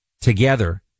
Together